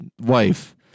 wife